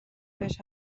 بهش